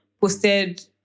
Posted